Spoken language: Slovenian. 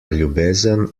ljubezen